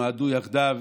נועדו יחדיו,